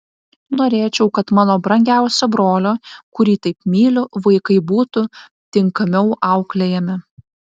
norėčiau kad mano brangiausio brolio kurį taip myliu vaikai būtų tinkamiau auklėjami